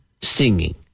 Singing